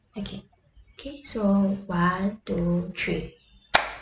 okay okay so one two three